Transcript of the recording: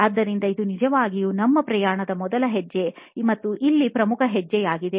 ಆದ್ದರಿಂದ ಇದು ನಿಜವಾಗಿಯೂ ನಮ್ಮ ಪ್ರಯಾಣದ ಮೊದಲ ಹೆಜ್ಜೆ ಮತ್ತು ಇಲ್ಲಿ ಪ್ರಮುಖ ಹೆಜ್ಜೆಯಾಗಿದೆ